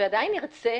ועדיין נרצה